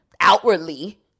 outwardly